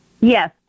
yes